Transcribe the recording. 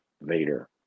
vader